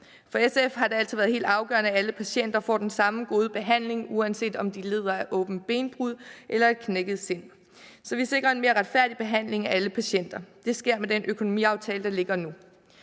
For SF har det altid været helt afgørende, at alle patienter får den samme gode behandling, uanset om de lider af åbent benbrud eller et knækket sind, så vi sikrer en mere retfærdig behandling af alle patienter. Det sker med den økonomiaftale, der ligger nu.